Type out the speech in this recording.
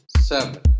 seven